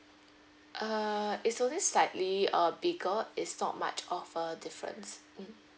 uh it's only slightly uh bigger it's not much of a difference mm